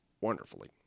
wonderfully